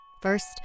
First